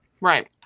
Right